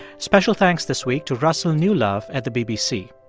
special thanks this week to russell newlove at the bbc.